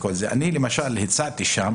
אני למשל הצעתי שם